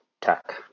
tech